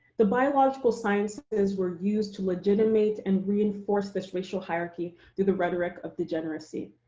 the biological sciences were used to legitimate and reinforce this racial hierarchy through the rhetoric of degeneracy,